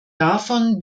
davon